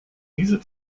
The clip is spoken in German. diese